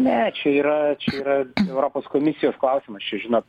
ne čia yra čia yra europos komisijos klausimas čia žinot